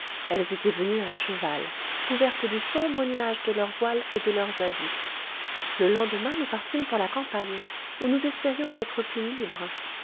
elles étoient venues à cheval couvertes du sombre nuage de leurs voiles et de leurs habits le lendemain nous partîmes pour la campagne où nous espérions être plus libres